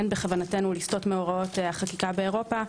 בכוונתנו לסטות מהוראות החקיקה באירופה,